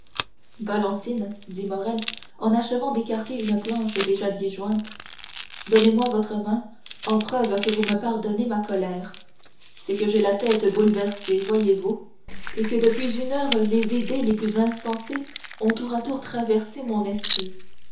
valentine dit morrel en achevant d'écarter une planche déjà disjointe donnez-moi votre main en preuve que vous me pardonnez ma colère c'est que j'ai la tête bouleversée voyez-vous et que depuis une heure les idées les plus insensées ont tour à tour traversé mon esprit